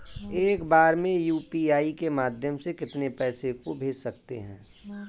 एक बार में यू.पी.आई के माध्यम से कितने पैसे को भेज सकते हैं?